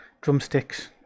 drumsticks